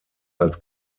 als